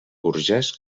burgès